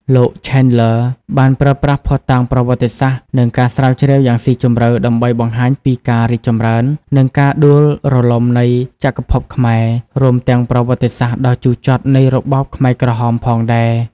លោក Chandler បានប្រើប្រាស់ភស្តុតាងប្រវត្តិសាស្ត្រ និងការស្រាវជ្រាវយ៉ាងស៊ីជម្រៅដើម្បីបង្ហាញពីការរីកចម្រើន និងការដួលរលំនៃចក្រភពខ្មែរ រួមទាំងប្រវត្តិសាស្ត្រដ៏ជូរចត់នៃរបបខ្មែរក្រហមផងដែរ។